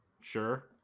Sure